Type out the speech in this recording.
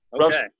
Okay